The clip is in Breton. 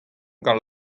gant